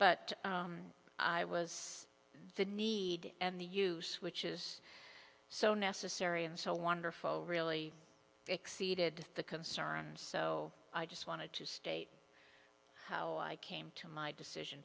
t i was the need and the use which is so necessary and so wonderful really exceeded the concerns so i just wanted to state how i came to my decision